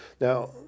Now